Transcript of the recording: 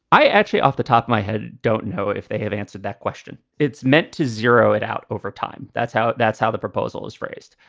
i actually, off the top of my head, don't know if they have answered that question. it's meant to zero it out over time. that's how that's how the proposal is phrased.